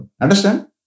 Understand